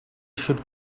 should